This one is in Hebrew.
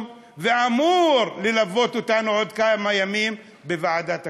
ואמור ללוות אותנו בעוד כמה ימים בוועדת הכספים.